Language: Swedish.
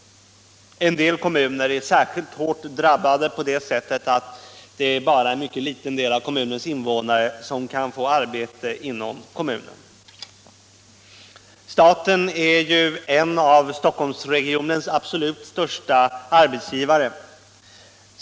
En del kommuner är särskilt hårt drabbade på det sättet att det bara är en mycket liten del av kommunens invånare som kan få arbete inom kommunen. Staten är en av Stockholmsregionens absolut största arbetsgivare.